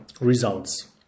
Results